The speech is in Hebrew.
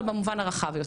אבל במובן הרחב יותר.